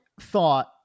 thought